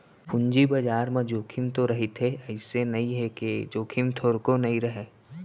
पूंजी बजार म जोखिम तो रहिथे अइसे नइ हे के जोखिम थोरको नइ रहय